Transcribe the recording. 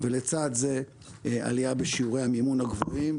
לצד זה עלייה בשיעורי המימון הגבוהים,